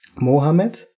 Mohammed